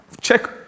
check